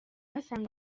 asanga